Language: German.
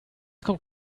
kommt